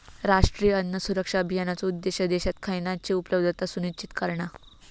राष्ट्रीय अन्न सुरक्षा अभियानाचो उद्देश्य देशात खयानची उपलब्धता सुनिश्चित करणा